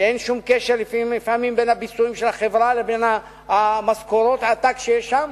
כשלפעמים אין שום קשר בין הביצועים של החברה לבין משכורות העתק שיש שם.